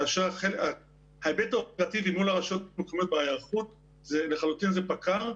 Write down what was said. כאשר ההיבט האופרטיבי מול הרשויות המקומיות בהיערכות זה לחלוטין פקע"ר.